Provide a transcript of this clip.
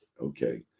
Okay